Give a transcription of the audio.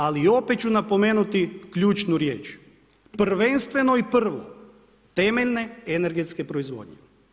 Ali opet ću napomenuti ključnu riječ, prvenstveno i prvo temeljne energetske proizvodnje.